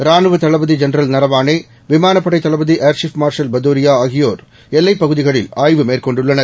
ராணுவத் தளபதி ஜெனரல் நரவானே விமானப்படை தளபதி ஏர் சீப் மார்ஷல் பதூரியா ஆகியோர் எல்லைப் பகுதிகளில் ஆய்வு மேற்கொண்டுள்ளனர்